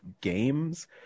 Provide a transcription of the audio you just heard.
games